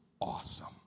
awesome